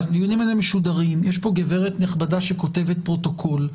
יש פה גברת נכבדה שכותבת פרוטוקול.